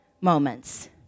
moments